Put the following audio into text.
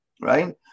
right